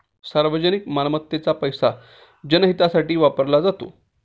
सार्वजनिक मालमत्तेचा पैसा जनहितासाठी वापरला जातो